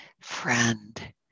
friend